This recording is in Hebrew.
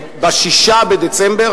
ב-6 בדצמבר,